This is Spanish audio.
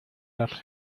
las